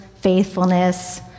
faithfulness